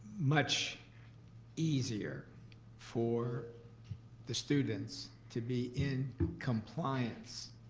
much easier for the students to be in compliance,